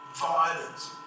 violence